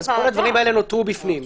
כל הדברים האלה נותרו בפנים.